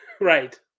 Right